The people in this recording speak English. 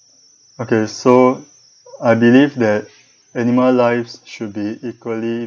okay so I believe that animal lives should be equally